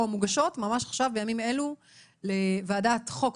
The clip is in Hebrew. מוגשות ממש עכשיו בימים אלה לוועדת חוק,